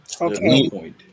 okay